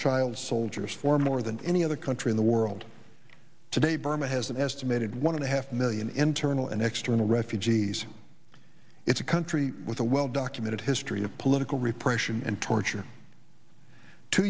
child soldiers for more than any other country in the world today burma has an estimated one and a half million internal and external refugees it's a country with a well documented history of political repression and torture two